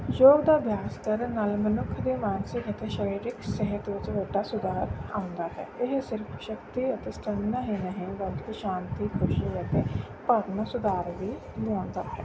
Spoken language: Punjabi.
ਯੋਗ ਦਾ ਅਭਿਆਸ ਕਰਨ ਨਾਲ ਮਨੁੱਖ ਦੇ ਮਾਨਸਿਕ ਅਤੇ ਸਰੀਰਕ ਸਿਹਤ ਵਿੱਚ ਵੱਡਾ ਸੁਧਾਰ ਆਉਂਦਾ ਹੈ ਇਹ ਸਿਰਫ ਸ਼ਕਤੀ ਅਤੇ ਸਟੈਮੀਨਾ ਹੀ ਨਹੀਂ ਬਲਕਿ ਸ਼ਾਂਤੀ ਖੁਸ਼ੀ ਅਤੇ ਭਾਵਨਾ ਸੁਧਾਰ ਵੀ ਲਿਆਉਂਦਾ ਹੈ